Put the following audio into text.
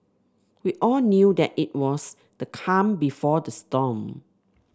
we all knew that it was the calm before the storm